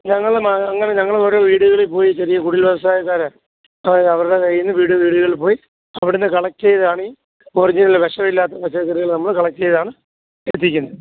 ഞങ്ങൾ അങ്ങനെ ഞങ്ങൾ ഓരോ വീടുകളിൽ പോയി ചെറിയ കുടിൽ വ്യവസായക്കാരായ അവരുടെ കൈയ്യിൽ നിന്ന് വീട് വീടുകളിൽ പോയി അവടെ നിന്ന് കളെക്റ്റ് ചെ യ്താണ് ഈ ഒർജിനൽ വിഷമില്ലാത്ത പച്ചക്കറികൾ നമ്മൾ കളെക്റ്റ് ചെയ്താണ് എത്തിക്കുന്നത്